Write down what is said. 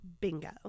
Bingo